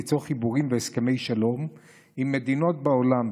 ליצור חיבורים והסכמי שלום עם מדינות בעולם,